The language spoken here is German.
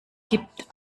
gibt